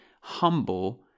humble